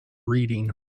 reading